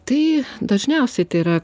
tai dažniausiai tai yra krūtų